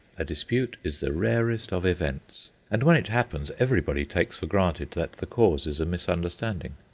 a dispute is the rarest of events, and when it happens everybody takes for granted that the cause is a misunderstanding.